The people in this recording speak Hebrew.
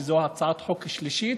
שזו הצעת חוק שלישית,